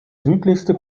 südlichste